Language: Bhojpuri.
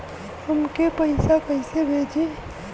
हमके पैसा कइसे भेजी?